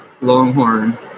longhorn